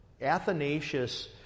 Athanasius